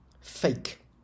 Fake